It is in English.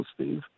Steve